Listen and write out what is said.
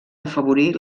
afavorir